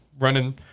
Running